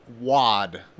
Wad